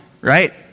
right